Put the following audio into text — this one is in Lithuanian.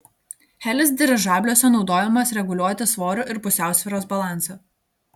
helis dirižabliuose naudojamas reguliuoti svorio ir pusiausvyros balansą